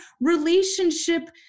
relationship